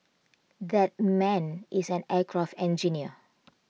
that man is an aircraft engineer